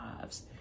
lives